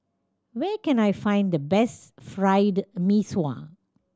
where can I find the best Fried Mee Sua